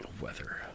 Weather